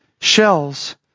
Shells